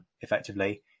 effectively